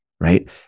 right